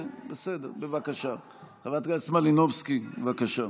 חברת הכנסת מלינובסקי, בבקשה.